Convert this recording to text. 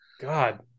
God